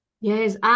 Yes